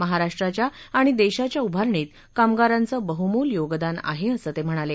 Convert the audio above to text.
महाराष्ट्राच्या आणि देशाच्या उभारणीत कामगारांचं बहुमोल योगदान आहे असं ते म्हणाले